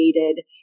created